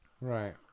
right